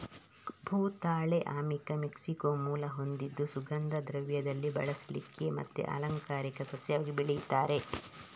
ಭೂತಾಳೆ ಅಮಿಕಾ ಮೆಕ್ಸಿಕೋ ಮೂಲ ಹೊಂದಿದ್ದು ಸುಗಂಧ ದ್ರವ್ಯದಲ್ಲಿ ಬಳಸ್ಲಿಕ್ಕೆ ಮತ್ತೆ ಅಲಂಕಾರಿಕ ಸಸ್ಯವಾಗಿ ಬೆಳೀತಾರೆ